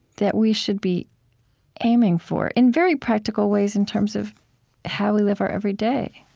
that we should be aiming for, in very practical ways in terms of how we live our every day